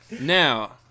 Now